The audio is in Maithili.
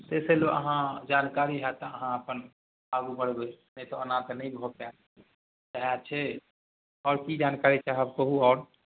से छै जे अहाँके जानकारी हैत तऽ अहाँ अपन आगू बढ़बै नहि तऽ ओना तऽ नहि भऽ पाएत सएह छै आओर कि जानकारी चाहब कहू आओर